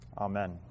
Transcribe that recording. Amen